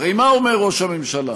הרי מה אומר ראש הממשלה?